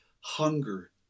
hunger